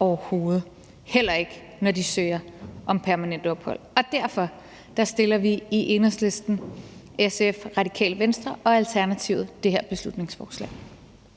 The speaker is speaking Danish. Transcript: overhovedet – heller ikke, når de søger om permanent ophold. Derfor har vi i Enhedslisten, SF, Radikale Venstre og Alternativet fremsat det her beslutningsforslag.